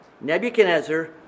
Nebuchadnezzar